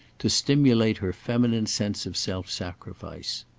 to stimulate her feminine sense of self-sacrifice.